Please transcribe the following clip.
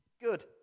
good